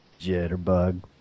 Jitterbug